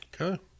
okay